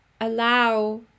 allow